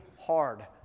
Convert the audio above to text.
hard